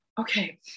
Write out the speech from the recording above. okay